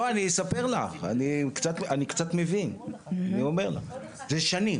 לא אני אספר לך אני קצת מבין ואני אומר לך זה שנים,